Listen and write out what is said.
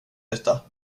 detta